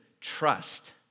trust